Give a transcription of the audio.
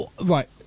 Right